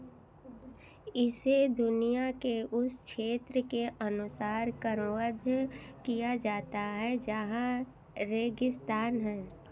इसे दुनिया के उस क्षेत्र के अनुसार करबद्ध किया जाता है जहाँ रेगिस्तान है